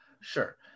Sure